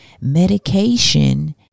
Medication